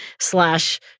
slash